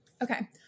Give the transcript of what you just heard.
Okay